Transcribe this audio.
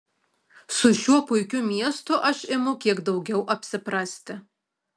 su šiuo puikiu miestu aš imu kiek daugiau apsiprasti